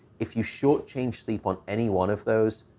if you shortchange sleep on any one of those,